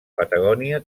patagònia